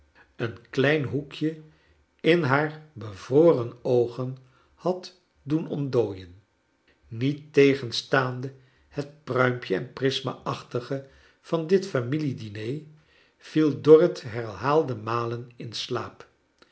een chaeles dickens klein hoekje in haar bevroren oogen had doen ontdooien niettegenstaande het pruimpje en prisma achtige van dit familiediner viel dorrit herhaalde malen in slaap